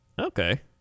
Okay